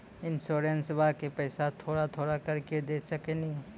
इंश्योरेंसबा के पैसा थोड़ा थोड़ा करके दे सकेनी?